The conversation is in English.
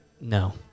no